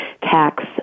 tax